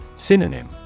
Synonym